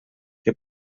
que